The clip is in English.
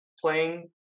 playing